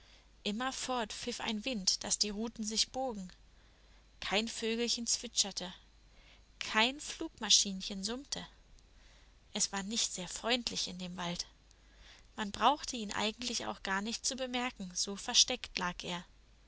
immerfort pfiff ein wind daß die ruten sich bogen kein vögelchen zwitscherte kein flugmaschinchen summte es war nicht sehr freundlich in dem wald man brauchte ihn eigentlich auch gar nicht zu bemerken so versteckt lag er